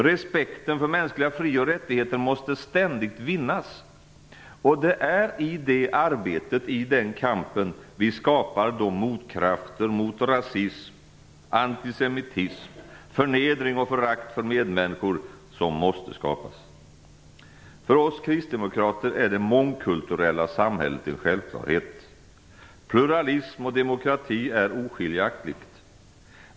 Respekten för mänskliga fri och rättigheter måste ständigt vinnas och det är i det arbetet, i den kampen vi skapar de motkrafter mot rasism, antisemitism, förnedring och förakt för medmänniskor som måste skapas. För oss kristdemokrater är det mångkulturella samhället en självklarhet. Pluralism och demokrati är oskiljaktiga.